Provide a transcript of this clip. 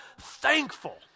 thankful